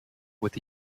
with